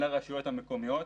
הן לרשויות המקומיות,